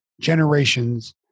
generations